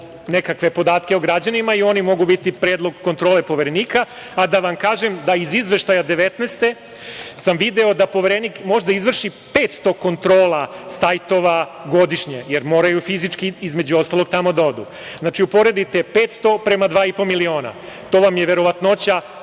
nekakve podatke o građanima i oni mogu biti predlog kontrole Poverenika, a da vam kažem da iz Izveštaja 2019. godine sam video da Poverenik može da izvrši 500 kontrola sajtova godišnje, jer moraju fizički, između ostalog, tamo da odu. Znači, uporedite 500 prema 2,5 miliona, to vam je verovatnoća